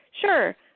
sure